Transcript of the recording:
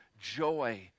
joy